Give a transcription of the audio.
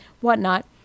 whatnot